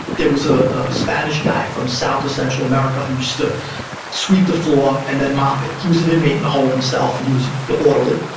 there was a spanish guy from south or central america who used to sweep the floor and then mop it. he was an inmate in the hole himself, and he was the orderly.